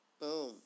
Boom